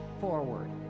forward